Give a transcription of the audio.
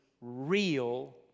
real